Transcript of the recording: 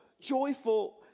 joyful